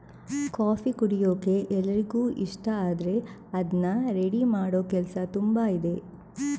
coffee ಕುಡಿಯೋಕೆ ಎಲ್ರಿಗೂ ಇಷ್ಟ ಆದ್ರೆ ಅದ್ನ ರೆಡಿ ಮಾಡೋ ಕೆಲಸ ತುಂಬಾ ಇದೆ